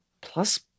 plus